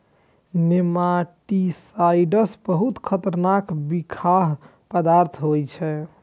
nematicides बहुत खतरनाक बिखाह पदार्थ होइ छै